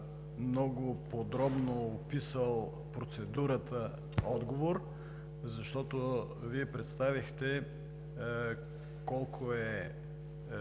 много подробно описал процедурата отговор, защото Вие представихте колко е